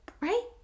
Right